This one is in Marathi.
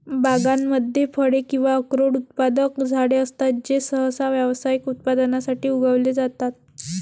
बागांमध्ये फळे किंवा अक्रोड उत्पादक झाडे असतात जे सहसा व्यावसायिक उत्पादनासाठी उगवले जातात